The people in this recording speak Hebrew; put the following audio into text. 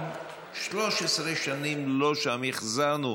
אנחנו 13 שנים לא שם, החזרנו.